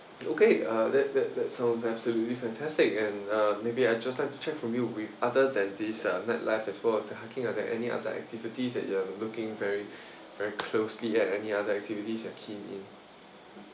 okay uh that that that sounds absolutely fantastic and uh maybe I just like to check from you with other than these uh night life as well as the hiking are there any other activities that you are looking very very closely at any other activities you are keen in